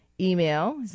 email